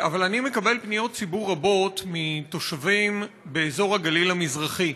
אבל אני מקבל פניות ציבור רבות מתושבים באזור הגליל המזרחי,